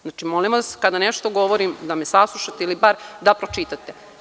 Znači, molim vas, kada nešto govorim da me saslušate ili bar da pročitate.